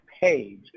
page